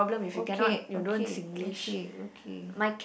okay okay okay okay